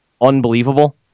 unbelievable